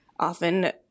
Often